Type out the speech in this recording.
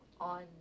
on